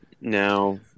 Now